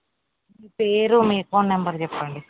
మీ పేరు మీ account number చెప్పండి